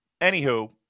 Anywho